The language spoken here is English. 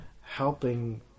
helping